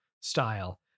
style